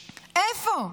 איפה?